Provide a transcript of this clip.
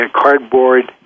cardboard